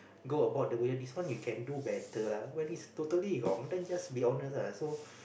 go about the way this one you can do better lah but it's totally wrong then just be honest lah so